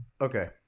Okay